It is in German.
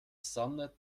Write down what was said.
sonne